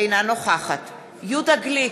אינה נוכחת יהודה גליק,